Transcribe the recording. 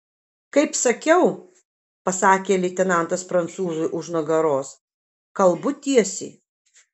kaip sakiau pasakė leitenantas prancūzui už nugaros kalbu tiesiai